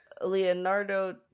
Leonardo